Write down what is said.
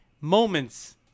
moments